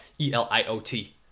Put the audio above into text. E-L-I-O-T